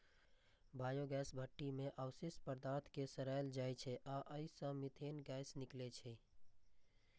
biogas भट्ठी मे अवशिष्ट पदार्थ कें सड़ाएल जाइ छै आ अय सं मीथेन गैस निकलै छै